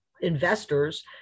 investors